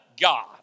God